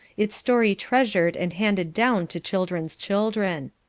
its story treasured and handed down to children's children.